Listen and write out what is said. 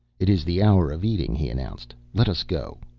it is the hour of eating, he announced. let us go.